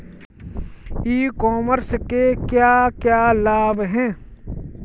ई commerce के क्या क्या लाभ हैं?